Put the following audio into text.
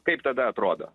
kaip tada atrodo